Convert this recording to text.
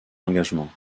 engagement